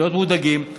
להיות מודאגים,